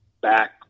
back